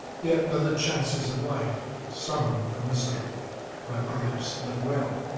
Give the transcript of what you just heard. yet by the chances of life some are miserable while others live well,